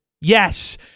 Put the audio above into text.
yes